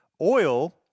Oil